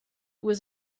was